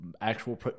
actual